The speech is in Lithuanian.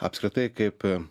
apskritai kaip